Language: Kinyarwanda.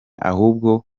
ahubwo